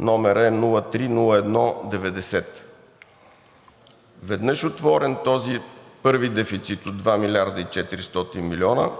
№ 03-01-90. Веднъж отворен този първи дефицит от 2 милиарда и 400 милиона,